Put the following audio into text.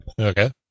okay